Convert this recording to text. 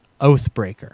Oathbreaker